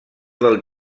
del